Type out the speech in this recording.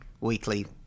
weekly